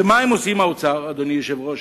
ומה הם עושים באוצר, אדוני היושב-ראש?